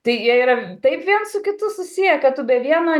tai jie yra taip viens su kitu susiję kad tu be vieno